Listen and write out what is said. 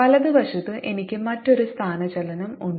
വലതുവശത്ത് എനിക്ക് മറ്റൊരു സ്ഥാനചലനം ഉണ്ട്